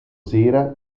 sera